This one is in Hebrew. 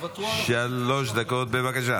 שלוש דקות, בבקשה.